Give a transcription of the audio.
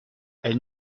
elle